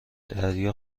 دریا